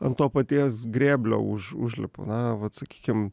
ant to paties grėblio už užlipu na vat sakykim